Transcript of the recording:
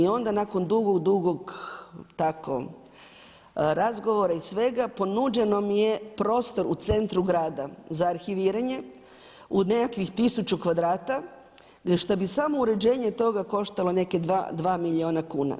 I onda nakon dugog, dugog tako razgovora i svega ponuđen mi je prostor u centru grada za arhiviranje od nekakvih 1000 kvadrata gdje bi samo uređenje toga koštalo negdje 2 milijuna kuna.